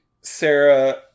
sarah